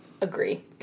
agree